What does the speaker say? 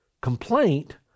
Complaint